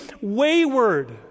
wayward